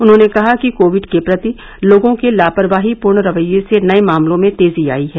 उन्होंने कहा कि कोविड के प्रति लोगों के लापरवाहीपूर्ण रवैये से नये मामलों में तेजी आई है